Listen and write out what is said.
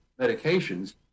medications